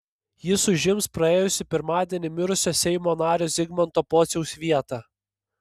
jis užims praėjusį pirmadienį mirusio seimo nario zigmanto pociaus vietą